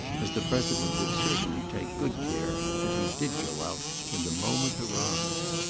as the president would certainly take good care that he did go out when the moment arrived.